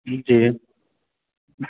जी